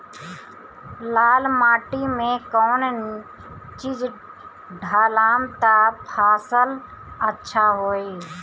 लाल माटी मे कौन चिज ढालाम त फासल अच्छा होई?